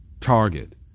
target